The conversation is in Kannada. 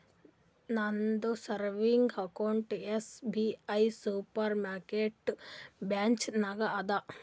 ನಂದ savings account SBI supermarket branch ನಾಗ್ ಅದಾ